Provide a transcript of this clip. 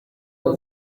ubu